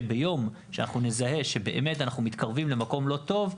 שביום שאנחנו נזהה שאנחנו מתקרבים למקום לא טוב,